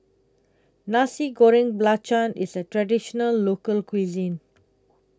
Nasi Goreng Belacan IS A Traditional Local Cuisine